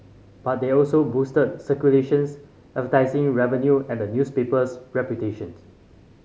but they also boosted circulations advertising revenue and the newspaper's reputation